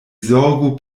zorgu